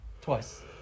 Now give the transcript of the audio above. Twice